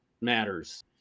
matters